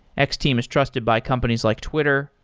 x-team is trusted by companies like twitter,